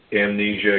amnesia